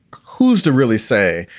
who's to really say?